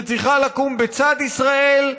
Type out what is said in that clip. שצריכה לקום בצד ישראל,